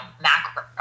macro